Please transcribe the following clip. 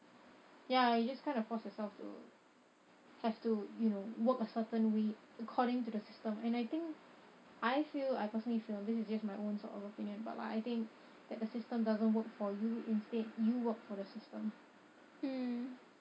ya you just kind of force yourself to have to you know work a certain way according to the system and I think I feel I personally feel this is just my own sort of opinion but like I think that the system doesn't work for you instead you worked for the system